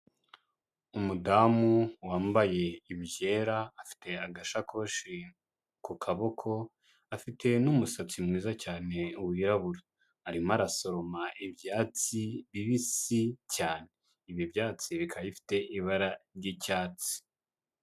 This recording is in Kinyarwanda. Umudamu wambaye ibyera, afite agashakoshi ku kaboko, afite n'umusatsi mwiza cyane, wirabura. Arimo arasoroma ibyatsi bibisi cyane. Ibi byatsi bikaba bifite ibara ry'icyatsi.